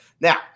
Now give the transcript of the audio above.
Now